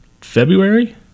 February